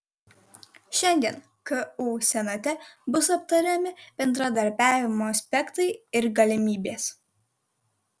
šiandien ku senate bus aptariami bendradarbiavimo aspektai ir galimybės